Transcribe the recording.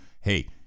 Hey